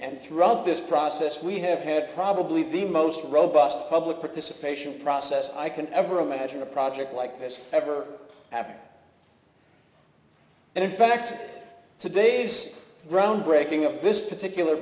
and throughout this process we have had probably the most robust public participation process i can ever imagine a project like this ever happened and in fact today's groundbreaking of this particular